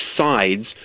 sides